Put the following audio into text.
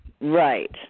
Right